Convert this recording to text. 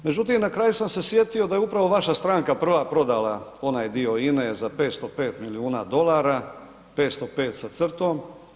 Međutim, na kraju sam se sjetio da je upravo vaša stranka prva prodala onaj dio INA-e za 505 milijuna dolara, 505 sa crtom.